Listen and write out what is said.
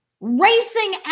racing